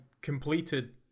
completed